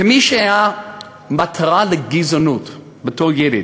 כמי שהיה מטרה לגזענות בתור ילד,